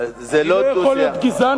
אני לא יכול להיות גזען,